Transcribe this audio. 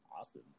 awesome